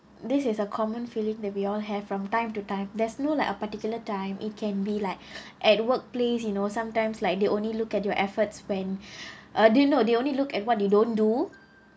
this is a common feeling that we all have from time to time there's no like a particular time it can be like at workplace you know sometimes like they only look at your efforts when uh do you know they only look at what you don't do